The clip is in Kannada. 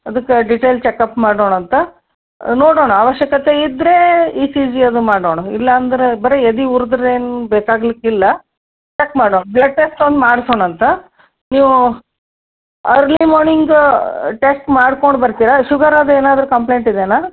ಅದಕ್ಕೆ ಡಿಟೇಲ್ ಚೆಕಪ್ ಮಾಡೋಣಂತೆ ನೋಡೋಣ ಆವಶ್ಯಕತೆ ಇದ್ದರೆ ಇ ಸಿ ಜಿ ಅದು ಮಾಡೋಣ ಇಲ್ಲ ಅಂದರೆ ಬರೀ ಎದೆ ಉರಿದ್ರೆ ಏನೂ ಬೇಕಾಗಲಿಕ್ಕಿಲ್ಲ ಚೆಕ್ ಮಾಡುವ ಬ್ಲಡ್ ಟೆಸ್ಟ್ ಒಂದು ಮಾಡ್ಸೋಣಂತೆ ನೀವು ಅರ್ಲೀ ಮಾರ್ನಿಂಗ್ ಟೆಸ್ಟ್ ಮಾಡ್ಕೊಂಡು ಬರ್ತೀರಾ ಶುಗರ್ ಅದೇನಾದರೂ ಕಂಪ್ಲೇಂಟ್ ಇದೆಯಾ